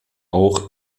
auch